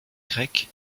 grec